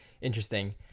interesting